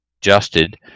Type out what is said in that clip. adjusted